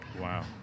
Wow